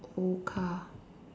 old car